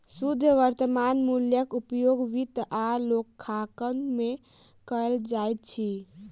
शुद्ध वर्त्तमान मूल्यक उपयोग वित्त आ लेखांकन में कयल जाइत अछि